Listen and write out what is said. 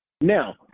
Now